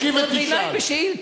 תשיב ותשאל.